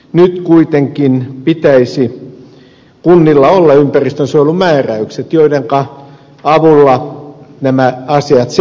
nyt kuitenkin kunnilla pitäisi olla ympäristönsuojelumääräykset joidenka avulla nämä asiat selviävät